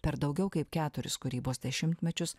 per daugiau kaip keturis kūrybos dešimtmečius